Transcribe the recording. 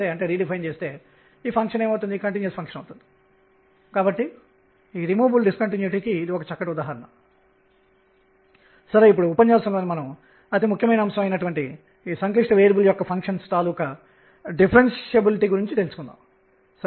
కాబట్టి దాని కేంద్ర పొటెన్షియల్ pr అవుతుంది ఇది ∂E∂ṙ ఇది mṙ మరియు అది లీనియర్ మొమెంటం ద్రవ్యవేగం యొక్క డైమెన్షన్ లను కలిగి ఉంటుంది